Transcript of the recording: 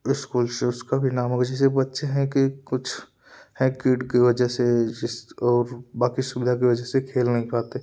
school से इसका भी नाम होगा जैसे बच्चे है कि कुछ है किड के वजह से इस और बाकि सुविधा की वजह से खेल नहीं पाते